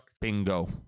Bingo